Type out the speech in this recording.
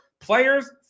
players